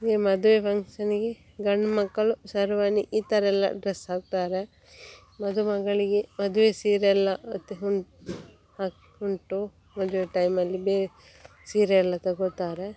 ಈಗ ಮದುವೆ ಫಂಕ್ಷನ್ನಿಗೆ ಗಂಡುಮಕ್ಕಳು ಶರ್ವಾನಿ ಈ ಥರ ಎಲ್ಲ ಡ್ರೆಸ್ ಹಾಕ್ತಾರೆ ಮದುಮಗಳಿಗೆ ಮದುವೆ ಸೀರೆಯೆಲ್ಲ ಮತ್ತು ಹುಂ ಹಾಕಿ ಉಂಟು ಮದುವೆ ಟೈಮಲ್ಲಿ ಬೇರೆ ಸೀರೆಯೆಲ್ಲ ತಗೋತಾರೆ